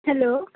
hello